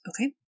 Okay